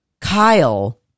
Kyle